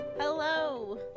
Hello